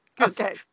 Okay